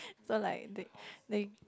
so like they they